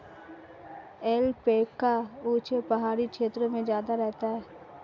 alpaca ऊँचे पहाड़ी क्षेत्रों में ज्यादा रहता है